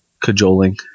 cajoling